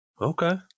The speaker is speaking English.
Okay